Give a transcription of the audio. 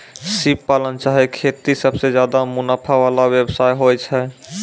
सिप पालन चाहे खेती सबसें ज्यादे मुनाफा वला व्यवसाय होय छै